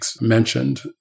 mentioned